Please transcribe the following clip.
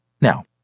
Now